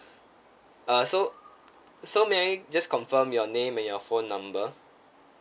uh so so may I just confirm your name and your phone number